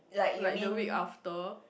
like the week after